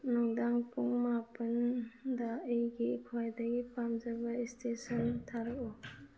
ꯅꯨꯡꯗꯥꯡ ꯄꯨꯡ ꯃꯥꯄꯟꯗ ꯑꯩꯒꯤ ꯈ꯭ꯋꯥꯏꯗꯒꯤ ꯄꯥꯝꯖꯕ ꯏꯁꯇꯦꯇꯁ ꯊꯥꯔꯛꯎ